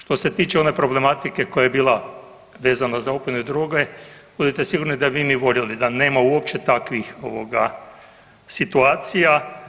Što se tiče one problematike koja je bila vezana za opojne droge budite sigurni da bi i mi voljeli da nema uopće takvih ovoga situacija.